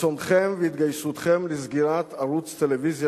רצונכם והתגייסותכם לסגירת ערוץ טלוויזיה